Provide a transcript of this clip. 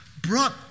brought